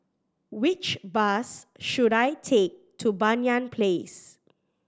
which bus should I take to Banyan Place